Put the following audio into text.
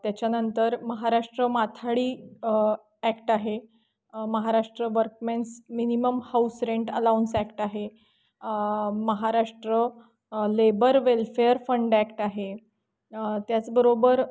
त्याच्यानंतर महाराष्ट्र माथाडी ॲक्ट आहे Maharashtra workmen's minimum house rent allowance act आहे Maharashtra labour welfare fund act आहे त्याचबरोबर